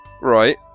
Right